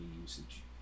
usage